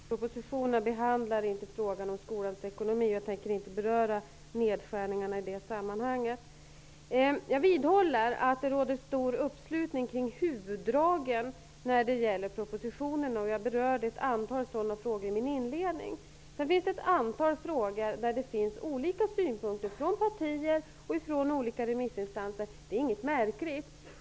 Herr talman! Läroplanspropositionen behandlar inte frågan om skolans ekonomi, och jag tänker inte beröra nedskärningarna i det sammanhanget. Jag vidhåller att det råder stor uppslutning kring huvuddragen i propositionen. Jag berörde i mitt inledningsanförande ett antal sådana frågor. Sedan finns ett antal frågor där det finns olika synpunkter bland olika partier och hos olika remissinstanser. Det är inget märkligt.